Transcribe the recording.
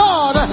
God